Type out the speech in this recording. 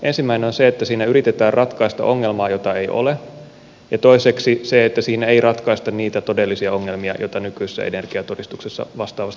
ensimmäinen on se että siinä yritetään ratkaista ongelmaa jota ei ole ja toinen on se että siinä ei ratkaista niitä todellisia ongelmia joita nykyisessä energiatodistuksessa vastaavasti on